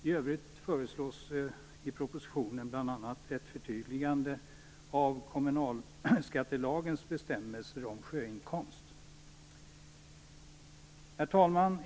I övrigt föreslås i propositionen bl.a. ett förtydligande av kommunalskattelagens bestämmelser om sjöinkomst. Herr talman!